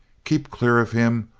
keep clear of him,